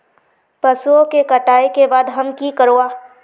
पशुओं के कटाई के बाद हम की करवा?